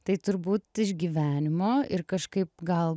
tai turbūt iš gyvenimo ir kažkaip gal